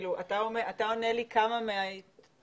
אתה אומר לי כמה מהתצרוכת